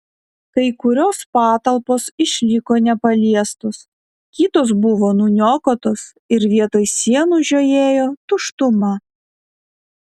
kai kurios patalpos išliko nepaliestos kitos buvo nuniokotos ir vietoj sienų žiojėjo tuštuma